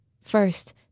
first